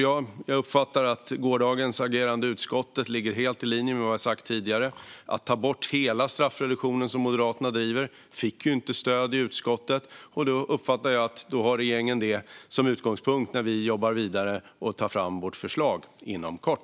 Jag uppfattar att gårdagens agerande i utskottet ligger helt i linje med vad vi sagt tidigare. Att ta bort hela straffreduktionen, som Moderaterna driver, fick inte stöd i utskottet. Det har regeringen som utgångspunkt när vi jobbar vidare och tar fram vårt förslag inom kort.